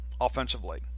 offensively